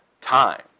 time